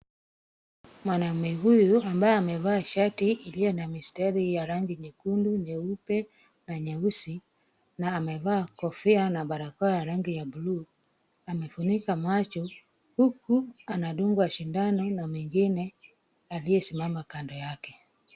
Mwanamume huyu ambaye amevaa shati iliyo na mistari ya rangi nyekundu, nyeupe na nyeusi na amevaa kofia na barakoa ya rangi ya bluu, amefunika macho. Huku anadungwa shindano na mwingine aliyesimama kando yake.